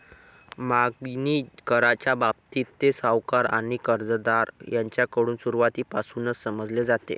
मागणी कर्जाच्या बाबतीत, ते सावकार आणि कर्जदार यांच्याकडून सुरुवातीपासूनच समजले जाते